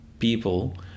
people